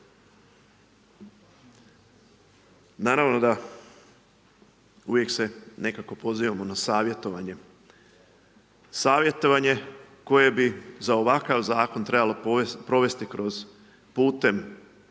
Naravno da, uvijek se nekako pozivamo na savjetovanje, savjetovanje koje bi za ovakav zakon trebalo provesti putem